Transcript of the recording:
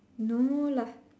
no lah